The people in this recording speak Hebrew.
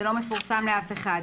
זה לא מפורסם לאף אחד.